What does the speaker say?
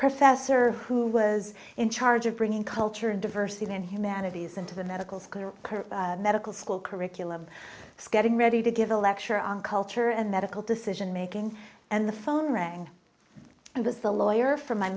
professor who was in charge of bringing culture diversity and humanities into the medical school her medical school curriculum scatting ready to give a lecture on culture and medical decision making and the phone rang and was the lawyer for my